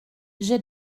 j’ai